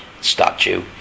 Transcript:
statue